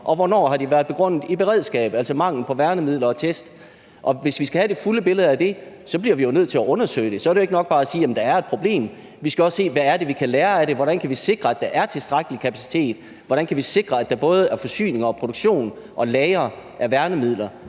og hvornår de har været begrundet i beredskabet, altså mangel på værnemidler og test. Og hvis vi skal have det fulde billede af det, bliver vi jo nødt til at undersøge det. Så er det jo ikke nok bare at sige: Jamen der er et problem. Vi skal også se, hvad det er, vi kan lære af det. Hvordan kan vi sikre, at der er tilstrækkelig kapacitet? Hvordan kan vi sikre, at der både er forsyninger og produktion og lagre af værnemidler?